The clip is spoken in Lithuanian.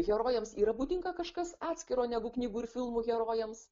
herojams yra būdinga kažkas atskiro negu knygų ir filmų herojams